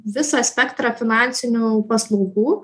visą spektrą finansinių paslaugų